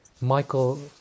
Michael